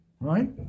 Right